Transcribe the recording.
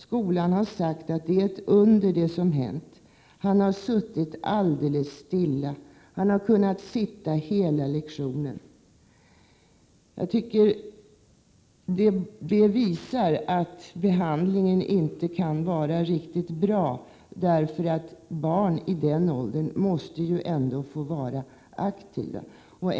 Skolan har sagt att det är ett under som hänt. Han har suttit alldeles stilla. Han har kunnat sitta hela lektioner. Jag tycker att det visar att behandlingen inte kan vara riktigt bra. Barn i den åldern måste ju ändå få vara aktiva.